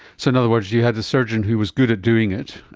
so in other words you had the surgeon who was good at doing it,